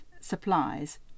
supplies